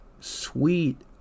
sweet